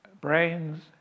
brains